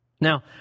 Now